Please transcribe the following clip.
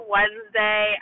Wednesday